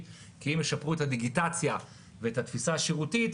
כי אם ישפרו את הדיגיטציה ואת התפיסה השירותית,